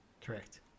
Correct